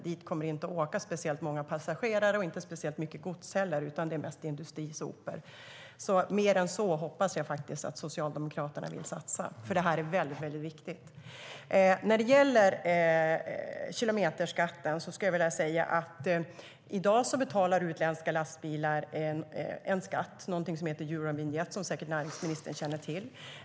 Där kommer det inte att åka speciellt många passagerare och inte speciellt mycket gods heller, utan det är mest industrisopor. Mer än så hoppas jag faktiskt att Socialdemokraterna vill satsa, för det här är väldigt viktigt. När det gäller kilometerskatten skulle jag vilja säga en sak. I dag betalar utländska lastbilar en skatt. Det är någonting som heter Eurovinjett, som säkert näringsministern känner till.